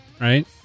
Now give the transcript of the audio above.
right